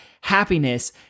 happiness